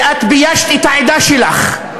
ואת ביישת את העדה שלך.